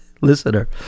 listener